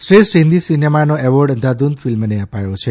શ્રેષ્ઠ હિન્દી સિનેમાનો એવોર્ડ અંધાધૂધ ફિલ્મને આપ્યો છે